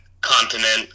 continent